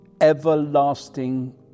Everlasting